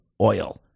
oil